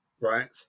right